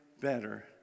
better